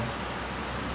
kan